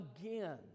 again